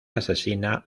asesina